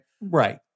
Right